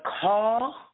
call